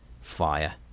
fire